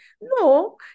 No